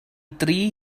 dri